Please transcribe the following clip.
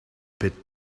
bit